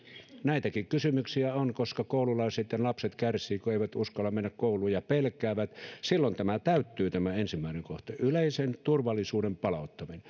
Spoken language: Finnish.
näitäkin kysymyksiä on koska koululaiset ja lapset kärsivät kun eivät uskalla mennä kouluun ja pelkäävät silloin täyttyy tämä ensimmäinen kohta yleisen turvallisuuden palauttaminen